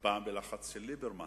פעם בלחץ של ליברמן.